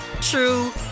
true